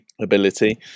ability